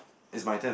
is my turn